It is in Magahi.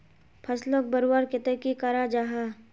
फसलोक बढ़वार केते की करा जाहा?